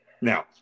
Now